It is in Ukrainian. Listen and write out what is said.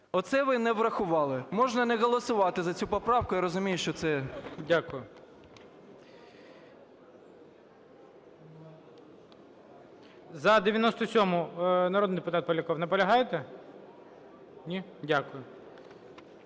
Оце ви не врахували. Можна не голосувати за цю поправку, я розумію, що це… ГОЛОВУЮЧИЙ. Дякую. За 97-у народний депутат Поляков, наполягаєте? Ні? Дякую.